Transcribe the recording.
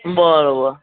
બરોબર